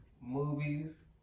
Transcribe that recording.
movies